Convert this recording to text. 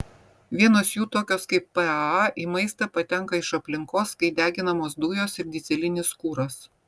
vienos jų tokios kaip paa į maistą patenka iš aplinkos kai deginamos dujos ir dyzelinis kuras